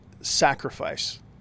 sacrifice